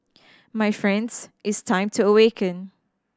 my friends it's time to awaken